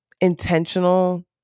intentional